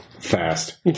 Fast